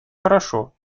хорошо